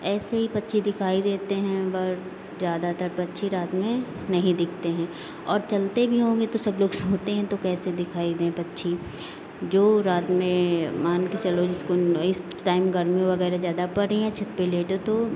ऐसे ही पक्षी दिखाई देते हैं बर्ड ज़्यादातर पक्षी रात में नहीं दिखते हैं और चलते भी होंगे तो सब लोग सोते हैं तो कैसे दिखाई दें पक्षी जो रात में मान के चलो जिसको ना इस टाइम गर्मी वगैरह ज़्यादा पड़ रही हैं छत पे लेटो तो